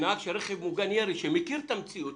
מדובר בנהג של רכב מוגן ירי שמכיר את המציאות,